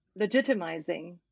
legitimizing